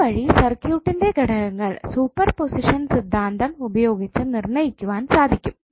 ഇതുവഴി സർക്യൂട്ടിന്റെ ഘടകങ്ങൾ സൂപ്പർപൊസിഷൻ സിദ്ദാന്തം ഉപയോഗിച്ച് നിർണ്ണയിക്കുവാൻ സാധിക്കും